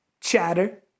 chatter